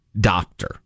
doctor